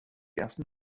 ersten